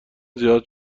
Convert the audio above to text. زیاد